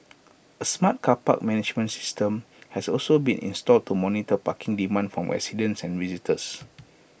A smart car park management system has also been installed to monitor parking demand from residents and visitors